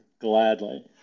Gladly